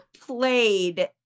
played